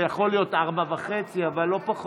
זה יכול להיות ארבע וחצי שעות, אבל לא פחות.